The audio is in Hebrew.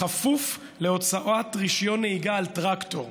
בכפוף להוצאת רישיון נהיגה על טרקטור.